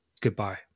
Goodbye